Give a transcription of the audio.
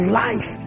life